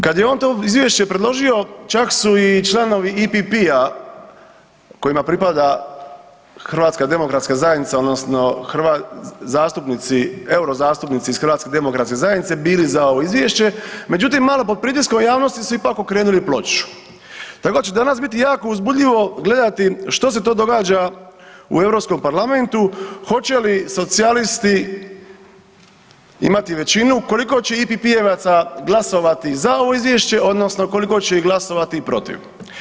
Kad je on to Izvješće predložio, čak su i članovi IPP-a kojima pripada HDZ odnosno zastupnici, eurozastupnici iz HDZ-a bili za ovo Izvješće, međutim, malo pod pritiskom javnosti su ipak okrenuli ploču tako da će danas biti jako uzbudljivo gledati što se to događa u EU parlamentu, hoće li socijalisti imati većinu, koliko će IPP-jevaca glasovati za ovo Izvješće odnosno koliko će ih glasovati protiv.